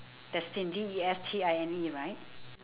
destined D E S T I N E right